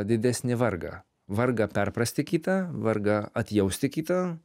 didesnį vargą vargą perprasti kitą vargą atjausti kitą